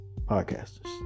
Podcasters